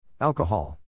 Alcohol